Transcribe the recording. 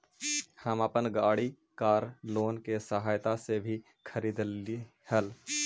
हम अपन गाड़ी कार लोन की सहायता से ही खरीदली हल